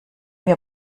wir